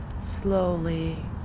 slowly